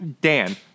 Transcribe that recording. Dan